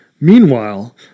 Meanwhile